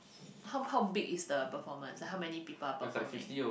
how how big is the performance like how many people are performing